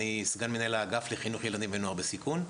אני סגן מנהל האגף לחינוך ילדים ונוער בסיכון,